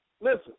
listen